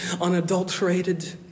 unadulterated